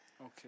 Okay